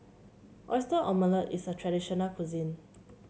Oyster Omelette is a traditional cuisine